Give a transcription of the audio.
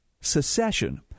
secession